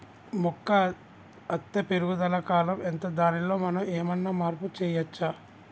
మొక్క అత్తే పెరుగుదల కాలం ఎంత దానిలో మనం ఏమన్నా మార్పు చేయచ్చా?